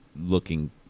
looking